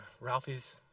Ralphie's